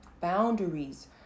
Boundaries